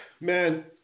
man